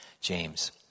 James